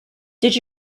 did